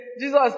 Jesus